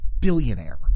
billionaire